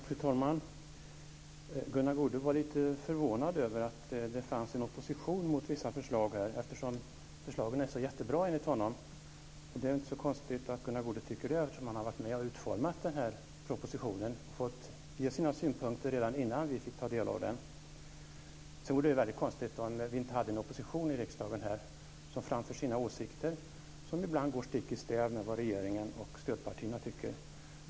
Fru talman! Gunnar Goude var lite förvånad över att det fanns en opposition mot vissa förslag här, eftersom förslagen enligt honom är så jättebra. Det är inte så konstigt att Gunnar Goude tycker det, eftersom han har varit med och utformat den här propositionen och fått ge sina synpunkter redan innan vi fick ta del av den. Sedan vore det väl väldigt konstigt om vi inte hade en opposition i riksdagen som framförde sina åsikter, vilka ibland går stick i stäv med vad regeringen och stödpartierna tycker.